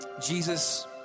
Jesus